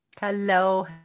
Hello